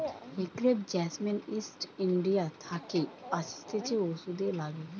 crepe jasmine East India থাকে আসতিছে ওষুধে লাগে